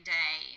day